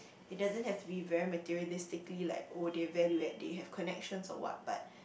it doesn't have to be very materialistically like oh they value add they have connections or what but